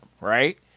right